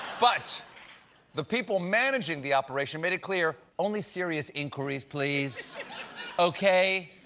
but the people managing the operation made it clear, only serious inquiries please okay?